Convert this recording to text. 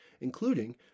including